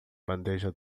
bandeja